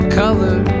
color